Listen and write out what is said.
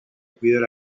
cuidar